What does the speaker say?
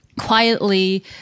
quietly